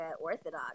orthodox